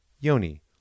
Yoni